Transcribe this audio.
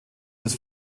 des